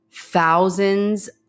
Thousands